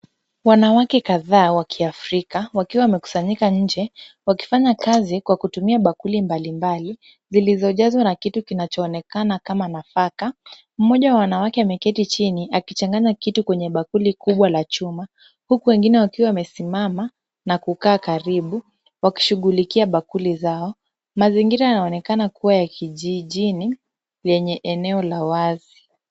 Wanawake kadhaa wa kiafrika wakiwa wamekusanyika nje wakifanya kazi kwa kutumia bakuli mbalimbali zilizojazwa na kitu kinachoonekana kama nafaka. Mmoja wa wanawake ameketi chini akichanganya kitu kwenye bakuli kubwa la chuma huku wengine wakiwa wamesimama na kukaa karibu wakishughulikia bakuli zao. Mazingira yanaonekana kuwa ya kijijini yenye eneo la wazi.